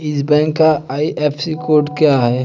इस बैंक का IFSC code क्या है?